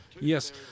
Yes